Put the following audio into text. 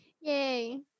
yay